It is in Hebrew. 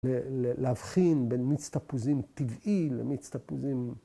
‫להבחין בין מיץ תפוזים טבעי ‫למיץ תפוזים...